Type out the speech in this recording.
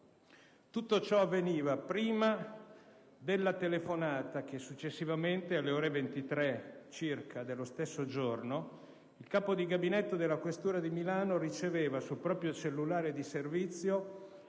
Tutto ciò avveniva prima della telefonata che, successivamente, alle ore 23 circa dello stesso giorno, il capo di gabinetto della questura di Milano riceveva sul proprio cellulare di servizio